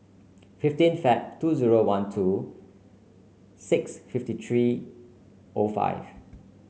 fifteen Feb two zero one two six fifty three O five